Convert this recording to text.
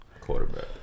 Quarterback